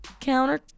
counter-